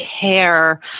care